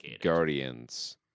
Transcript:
Guardians